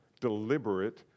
deliberate